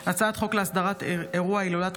הצעת חוק להסדרת אירוע הילולת רבי